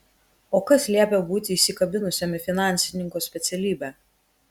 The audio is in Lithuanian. o kas liepia būti įsikabinusiam į finansininko specialybę